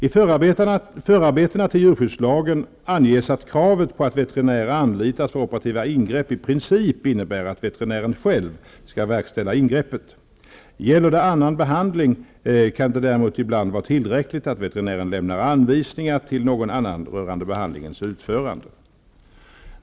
I förarbetena till djurskyddslagen anges att kravet på att veterinär anlitas för operativa ingrepp i princip innebär att veterinären själv skall verkställa ingreppet. Gäller det annan behandling kan det däremot ibland vara tillräck ligt att veterinären lämnar anvisningar till någon annan rörande behandling ens utförande.